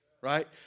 right